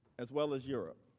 as well as europe.